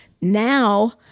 now